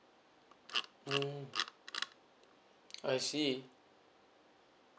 mm I see